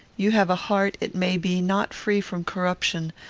you have a heart, it may be, not free from corruption,